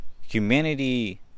Humanity